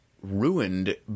ruined